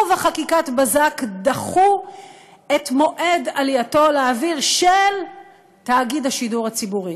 ובחקיקת בזק דחו את מועד עלייתו לאוויר של תאגיד השידור הציבורי.